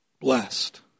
Blessed